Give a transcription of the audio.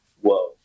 whoa